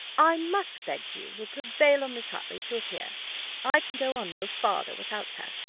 i must beg you will prevail on miss hartley to appear i can go on no farther without her.